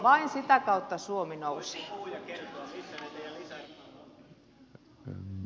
vain sitä kautta suomi nousee